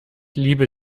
liebe